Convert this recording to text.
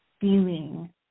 feeling